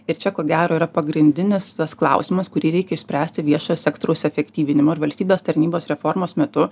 ir čia ko gero yra pagrindinis tas klausimas kurį reikia išspręsti viešojo sektoriaus efektyvinimo ir valstybės tarnybos reformos metu